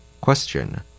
Question